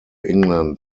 england